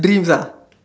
dreams ah